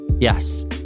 Yes